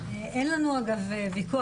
אין לי ויכוח.